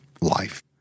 life